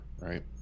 right